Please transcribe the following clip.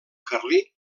carlí